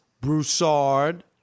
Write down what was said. Broussard